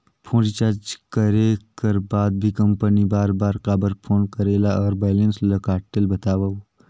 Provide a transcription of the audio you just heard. Phone recharge करे कर बाद भी कंपनी बार बार काबर फोन करेला और बैलेंस ल काटेल बतावव?